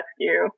rescue